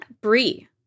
Brie